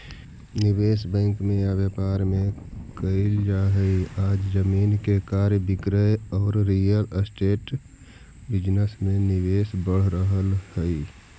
निवेश बैंक में या व्यापार में कईल जा हई आज जमीन के क्रय विक्रय औउर रियल एस्टेट बिजनेस में निवेश बढ़ रहल हई